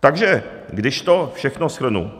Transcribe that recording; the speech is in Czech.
Takže když to všechno shrnu,